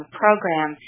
program